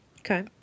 okay